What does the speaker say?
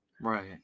Right